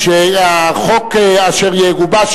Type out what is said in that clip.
שהחוק אשר יגובש,